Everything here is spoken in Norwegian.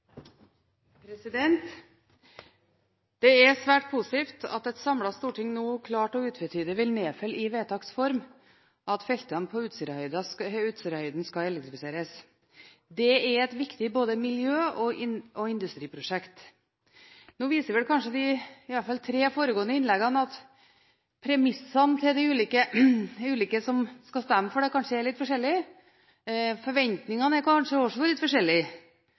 til. Det er svært positivt at et samlet storting nå klart og utvetydig vil nedfelle i vedtaks form at feltene på Utsirahøyden skal elektrifiseres. Det er både et viktig miljøprosjekt og et viktig industriprosjekt. Nå viser kanskje de tre foregående innleggene at premissene til de ulike partiene som skal stemme for dette, kanskje er litt forskjellige, og at forventningene kanskje også er litt